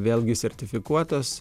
vėlgi sertifikuotos